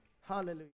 Hallelujah